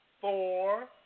four